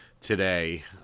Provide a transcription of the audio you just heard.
today